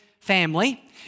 family